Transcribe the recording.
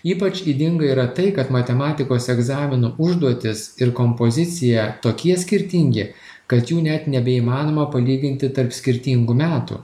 ypač ydinga yra tai kad matematikos egzamino užduotys ir kompozicija tokie skirtingi kad jų net nebeįmanoma palyginti tarp skirtingų metų